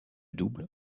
double